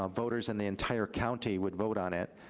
um voters in the entire county would vote on it,